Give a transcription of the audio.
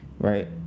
right